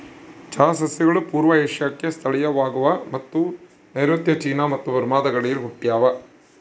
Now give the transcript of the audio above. ಚಹಾ ಸಸ್ಯಗಳು ಪೂರ್ವ ಏಷ್ಯಾಕ್ಕೆ ಸ್ಥಳೀಯವಾಗವ ಮತ್ತು ನೈಋತ್ಯ ಚೀನಾ ಮತ್ತು ಬರ್ಮಾದ ಗಡಿಯಲ್ಲಿ ಹುಟ್ಟ್ಯಾವ